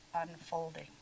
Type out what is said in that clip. unfolding